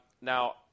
Now